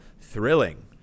thrilling